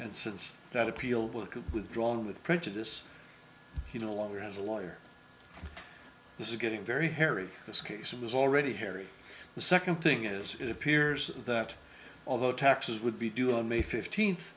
and since that appeal withdrawn with prejudice he no longer has a lawyer this is getting very hairy this case it was already harry the second thing is it appears that although taxes would be due on may fifteenth